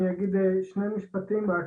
אני אגיד שני משפטים רק.